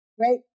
right